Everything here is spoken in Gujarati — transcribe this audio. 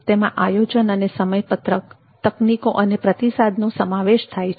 તેમા આયોજન અને સમય પત્રક તકનીકો અને પ્રતિસાદ નો સમાવેશ થાય છે